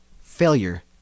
failure